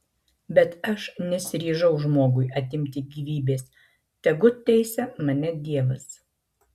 bet aš nesiryžau žmogui atimti gyvybės tegu teisia mane dievas